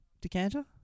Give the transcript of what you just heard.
decanter